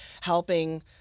helping